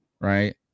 right